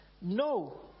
No